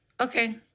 Okay